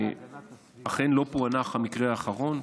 אכן לא פוענח המקרה האחרון,